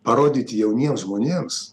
parodyti jauniems žmonėms